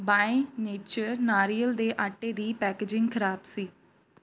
bye nature ਨਾਰੀਅਲ ਦੇ ਆਟੇ ਦੀ ਪੈਕੇਜਿੰਗ ਖਰਾਬ ਸੀ